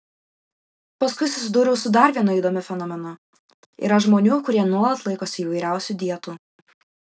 paskui susidūriau su dar vienu įdomiu fenomenu yra žmonių kurie nuolat laikosi įvairiausių dietų